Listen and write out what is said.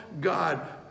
God